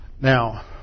Now